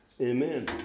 Amen